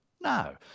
no